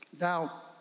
Now